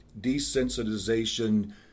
Desensitization